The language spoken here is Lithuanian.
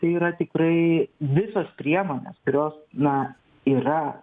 tai yra tikrai visos priemonės kurios na yra